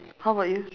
how about you